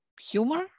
humor